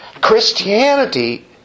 Christianity